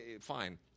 fine